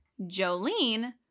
Jolene